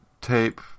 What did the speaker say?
tape